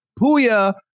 Puya